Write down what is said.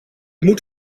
moet